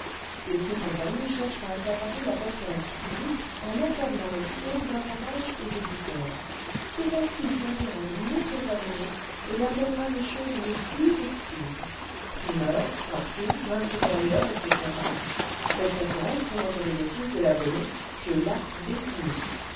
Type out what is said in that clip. ces six compagnies cherchent à accaparer la confiance du public en accablant le client d'avantages et de douceurs c'est à qui servira le mieux ses abonnés et leur donnera les choses les plus exquises primeurs raretés vins supérieurs etc cette concurrence tournant au bénéfice de l'abonné je la bénis